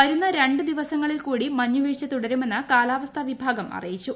വരുന്ന രണ്ടു ദിവസങ്ങളിൽ കൂടി മഞ്ഞുവീഴ്ച തുടരുമെന്ന് കാലാവസ്ഥാ വിഭാഗം അറിയിച്ചു